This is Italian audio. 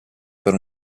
per